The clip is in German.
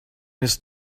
ist